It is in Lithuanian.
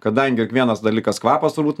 kadangi kiek vienas dalykas kvapas turbūt